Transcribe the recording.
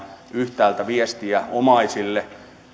yhtäältä viestiä omaisille ja